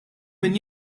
min